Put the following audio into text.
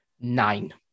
Nine